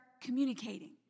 communicating